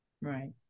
Right